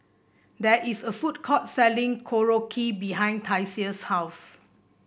there is a food court selling Korokke behind Tasia's house